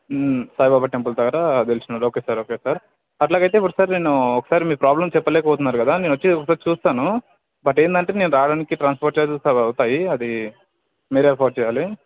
Saibaba temple దగ్గర దిల్సుఖ్నగర్లో okay sir okay sir అట్ల అయితే ఒకసారినేను ఒకసారి మీ ప్రోబ్లం చెప్పలేకపోతున్నారు కదా నేను వచ్చి ఒకసారి చూస్తాను బట్ ఏంటంటే నేను రావడానికి ట్రాన్స్పోర్ట్ చార్జెస్ అవుతాయి అది మీరు అఫోర్డ్ చేయాలి